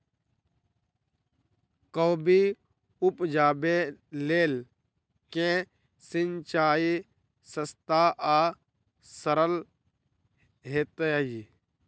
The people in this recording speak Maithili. कोबी उपजाबे लेल केँ सिंचाई सस्ता आ सरल हेतइ?